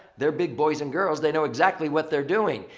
they're big boys and girls. they know exactly what they're doing.